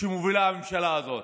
שמובילה הממשלה הזאת.